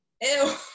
Ew